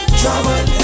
trouble